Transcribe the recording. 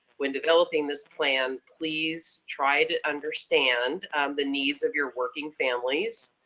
when developing this plan, please try to understand the needs of your working families.